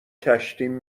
کشتیم